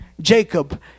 Jacob